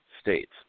states